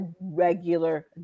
regular